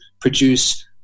produce